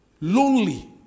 Lonely